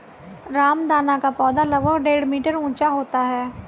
रामदाना का पौधा लगभग डेढ़ मीटर ऊंचा होता है